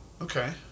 Okay